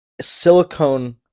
silicone